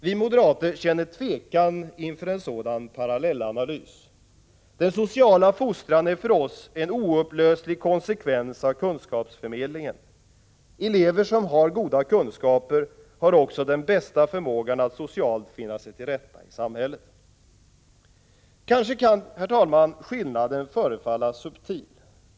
Vi moderater känner tvekan inför en sådan parallell analys. Den sociala fostran är för oss en oupplöslig konsekvens av kunskapsförmedlingen. Elever som har goda kunskaper har också den bästa förmågan att socialt finna sig till rätta i samhället. Kanske, herr talman, kan skillnaden förefalla subtil.